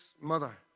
mother